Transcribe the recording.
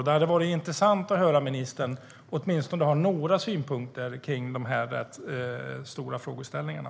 Det hade varit intressant att höra ministern ge några synpunkter om de stora frågorna.